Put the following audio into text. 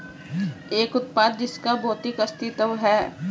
एक उत्पाद जिसका भौतिक अस्तित्व है?